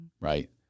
right